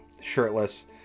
shirtless